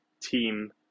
team